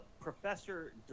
Professor